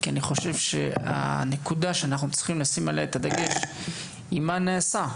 כי אני חושב שהנקודה שעליה אנחנו צריכים לשים את הדגש היא מה נעשה,